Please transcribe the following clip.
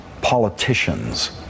politicians